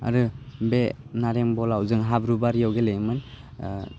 आरो बे नारें बलाव जों हाब्रु बारिआव गेलेयोमोन